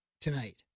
tonight